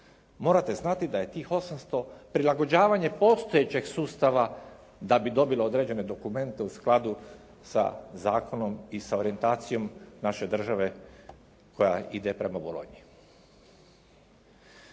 morate znati da je tih 800 prilagođavanje postojećeg sustava da bi dobilo određene dokumente u skladu sa zakonom i sa orijentacijom naše države koja ide prema bolonji.